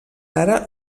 ara